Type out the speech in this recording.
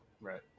Right